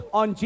on